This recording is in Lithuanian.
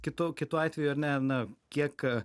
kitu kitu atveju ar ne na kiek